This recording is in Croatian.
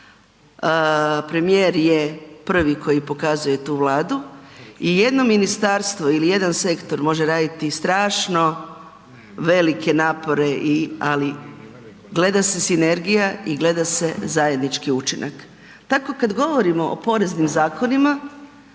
premijer je prvi koji pokazuje tu Vladu i jedno ministarstvo ili jedan sektor može raditi strašno velike napore i, ali gleda se sinergija i gleda se zajednički učinak. Tako kad govorimo o poreznim zakonima,